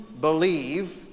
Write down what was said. believe